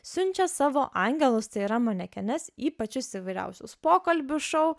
siunčia savo angelus tai yra manekenes į pačius įvairiausius pokalbių šou